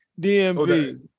DMV